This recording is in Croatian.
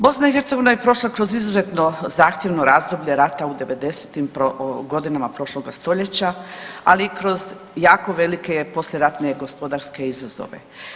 BiH je prošla kroz izuzetno zahtjevno razdoblje rata u 90-im godinama prošloga stoljeća, ali i kroz jako velike poslijeratne gospodarske izazove.